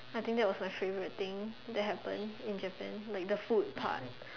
I think that was my favourite thing that happened in Japan like the food part